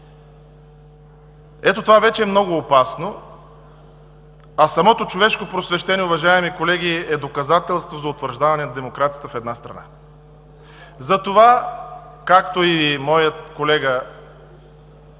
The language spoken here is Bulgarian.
Ето това вече е много опасно. А самото човешко просвещение, уважаеми колеги, е доказателство за утвърждаване на демокрацията в една страна. Затова, както и моят колега